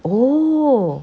oh